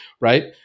right